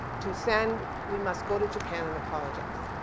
to send, we must go to japan and apologize.